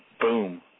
Boom